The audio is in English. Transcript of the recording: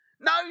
No